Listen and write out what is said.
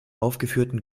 aufgeführten